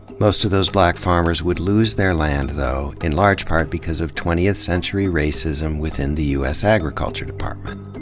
most of those black farmers would lose their land, though, in large part because of twentieth century racism within the u s. agriculture department.